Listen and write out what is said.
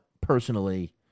Personally